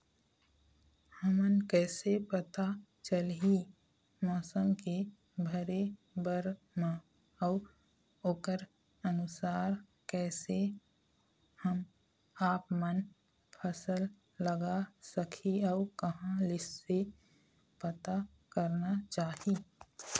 हमन कैसे पता चलही मौसम के भरे बर मा अउ ओकर अनुसार कैसे हम आपमन फसल लगा सकही अउ कहां से पता करना चाही?